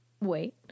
Wait